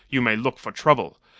you may look for trouble,